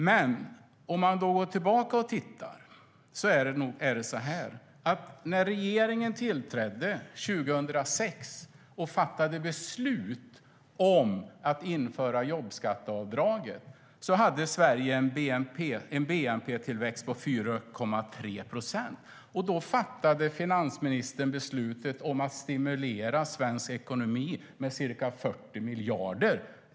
Men om man går tillbaka och tittar är det så här: När regeringen tillträdde 2006 och fattade beslut om att införa jobbskatteavdraget hade Sverige en bnp-tillväxt på 4,3 procent. Då fattade finansministern beslutet att stimulera svensk ekonomi med ca 40 miljarder.